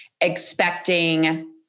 expecting